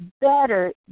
better